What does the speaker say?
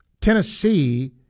Tennessee